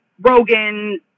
Rogan